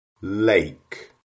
lake